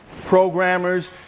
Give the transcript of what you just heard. programmers